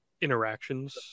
interactions